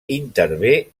intervé